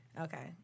Okay